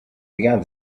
began